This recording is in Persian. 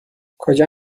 کجا